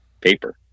paper